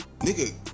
Nigga